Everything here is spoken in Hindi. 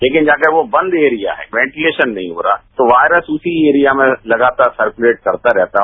तेकिन अगर वो बंद एरिया है वॉटिलेशन नहीं हो रहा है तो वायरस चसी एरिया में लगातार सर्जुलेट करता रहता है